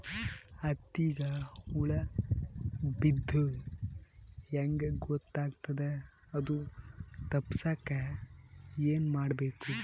ಹತ್ತಿಗ ಹುಳ ಬಿದ್ದ್ರಾ ಹೆಂಗ್ ಗೊತ್ತಾಗ್ತದ ಅದು ತಪ್ಪಸಕ್ಕ್ ಏನ್ ಮಾಡಬೇಕು?